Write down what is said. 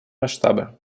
масштабы